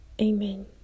Amen